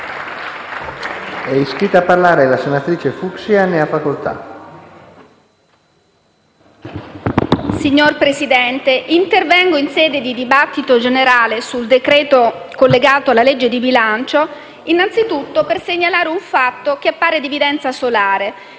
Signor Presidente, intervengo in sede di discussione generale sul decreto-legge collegato alla legge di bilancio innanzitutto per segnalare un fatto che appare di evidenza solare: